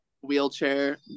wheelchair